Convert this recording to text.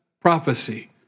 prophecy